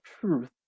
truth